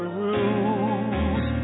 rules